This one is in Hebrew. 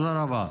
תודה רבה.